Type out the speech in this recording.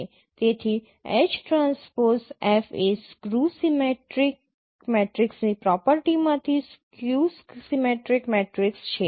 તેથી H transpose F એ skew symmetric મેટ્રિક્સની પ્રોપર્ટી માંથી સ્ક્યૂ સિમેટ્રિક મેટ્રિક્સ છે